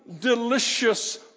delicious